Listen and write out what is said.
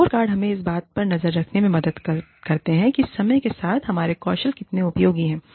scorecard हमें इस बात पर नज़र रखने में मदद करते हैं कि समय के साथ हमारे कौशल कितने उपयोगी हैं